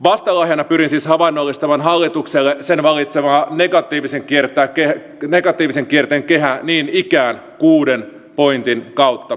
vastalahjana pyrin siis havainnollistamaan hallitukselle sen valitsemaa negatiivisen kierteen kehää niin ikään kuuden pointin kautta